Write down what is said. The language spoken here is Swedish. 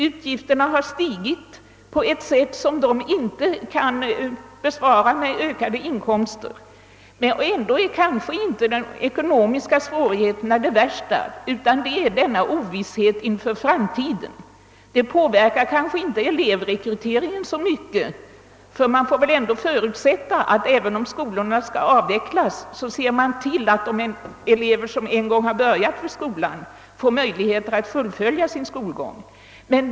Utgifterna har stigit kraftigt och kan inte mötas med ökade inkomster. ändå” är nog inte de ekonomiska svårigheterna det värsta, utan det är ovissheten inför framtiden. Den påverkar kanske inte elevrekryteringen så mycket; det får förutsättas att man, även om en skola skall avvecklas, ser till att de elever som en gång har börjat där får möjlighet att fullfölja sin skolgång.